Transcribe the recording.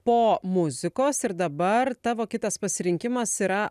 po muzikos ir dabar tavo kitas pasirinkimas yra